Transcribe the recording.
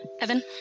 Evan